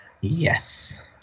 Yes